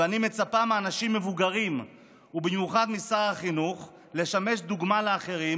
ואני מצפה מאנשים מבוגרים ובמיוחד משר החינוך לשמש דוגמה לאחרים,